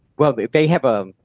well they they have a,